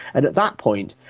and at that point,